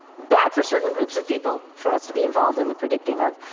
bad for certain groups of people for us to be involved in the predicting of.